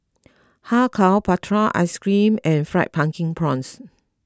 Kar Kow Prata Ice Cream and Fried Pumpkin Prawns